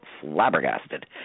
flabbergasted